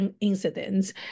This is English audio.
incidents